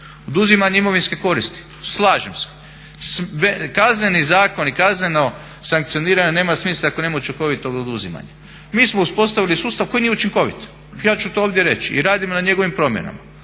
Oduzimanje imovinske koristi, slažem se, Kazneni zakon i kazneno sankcioniranje nemaju smisla ako nemaj učinkovitog oduzimanja. Mi smo uspostavili sustav koji nije učinkovit, ja ću ovdje to reći i radimo na njegovim promjenama.